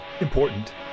Important